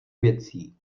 věcí